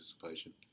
participation